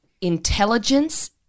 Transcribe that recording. intelligence